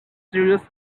serious